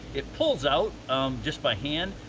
it pulls out just by hand,